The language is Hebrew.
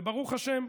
ברוך השם,